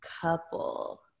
couple